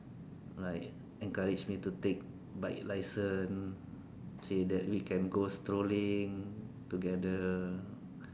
like encourage me to take bike license say that can go strolling together